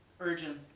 Urgent